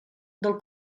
del